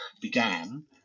began